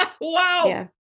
Wow